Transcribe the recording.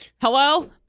Hello